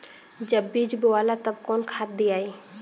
जब बीज बोवाला तब कौन खाद दियाई?